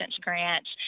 grants